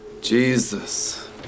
Jesus